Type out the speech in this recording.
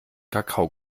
kakao